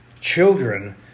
children